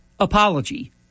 Apology